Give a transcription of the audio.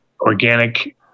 organic